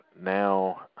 now